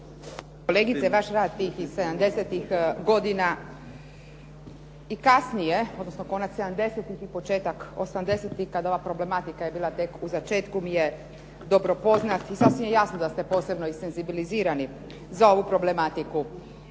Kolegice, vaš rad tih iz sedamdesetih godina i kasnije odnosno konac sedamdesetih i početak osamdesetih kada ova problematika je bila tek u začetku mi je dobro poznat i sasvim je jasno da ste posebno i senzibilizirani za ovu problematiku.